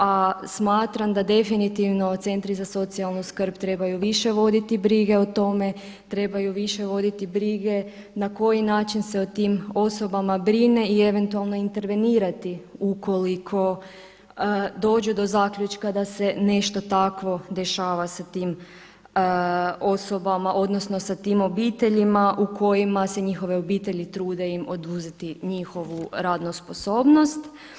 A smatram da definitivno centri za socijalnu skrb trebaju više voditi brige o tome, trebaju više voditi brige na koji način se o tim osobama brine i eventualno intervenirati ukoliko dođu do zaključka da se nešto tako dešava sa tim osobama odnosno sa tim obiteljima u kojima se njihove obitelji trude im oduzeti njihovu radnu sposobnost.